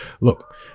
look